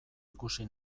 ikusi